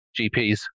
GPs